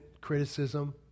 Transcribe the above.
criticism